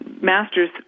master's